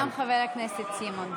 וגם חבר הכנסת סימון.